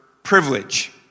Privilege